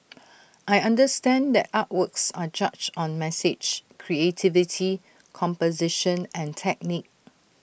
I understand that artworks are judged on message creativity composition and technique